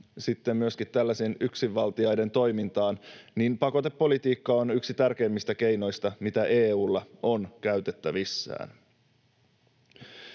myöskin tällaisten yksinvaltiaiden toimintaan, ja pakotepolitiikka on yksi tärkeimmistä keinoista, mitä EU:lla on käytettävissään.